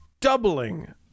doubling